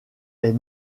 est